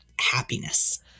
happiness